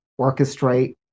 orchestrate